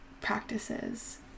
practices